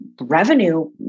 revenue